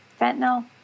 fentanyl